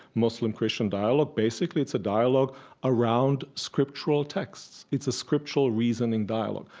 muslim christian dialogue. basically, it's a dialogue around scriptural texts. it's a scriptural reasoning dialogue.